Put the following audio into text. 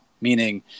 meaning